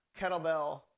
kettlebell